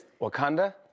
Wakanda